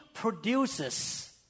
produces